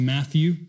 Matthew